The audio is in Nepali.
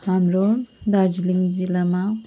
हाम्रो दार्जिलिङ जिल्लामा